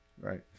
Right